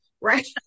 right